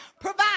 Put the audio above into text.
provide